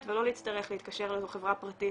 ולא להצטרך להתקשר לאיזו חברה פרטית